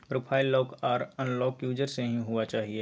profile lock आर unlock user से ही हुआ चाहिए